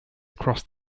across